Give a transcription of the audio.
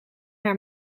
haar